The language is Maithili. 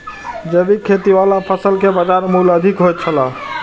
जैविक खेती वाला फसल के बाजार मूल्य अधिक होयत छला